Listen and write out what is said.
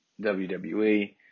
WWE